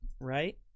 right